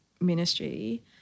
ministry